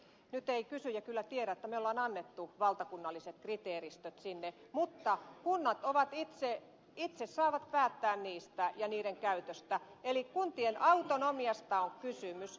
nyt ei kysyjä kyllä tiedä että me olemme antaneet valtakunnalliset kriteeristöt mutta kunnat saavat itse päättää niistä ja niiden käytöstä eli kuntien autonomiasta on kysymys